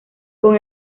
con